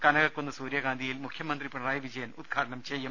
കനകക്കുന്ന് സൂര്യകാന്തിയിൽ മുഖ്യമന്ത്രി പിണറായി വിജ യൻ ഉദ്ഘാടനം ചെയ്യും